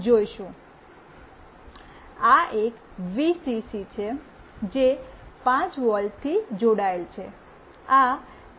આ એક વીસીસી છે જે 5 વોલ્ટથી જોડાયેલ છે